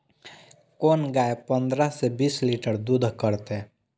कोन गाय पंद्रह से बीस लीटर दूध करते?